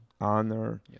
Honor